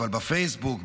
אבל בפייסבוק,